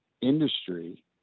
industry